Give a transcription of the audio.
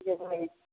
जेबै